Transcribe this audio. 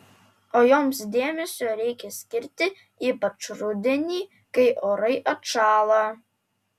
o joms dėmesio reikia skirti ypač rudenį kai orai atšąla